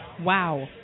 Wow